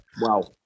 wow